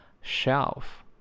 Shelf